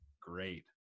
great